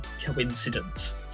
coincidence